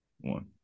one